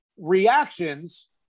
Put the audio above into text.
reactions